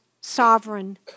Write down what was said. sovereign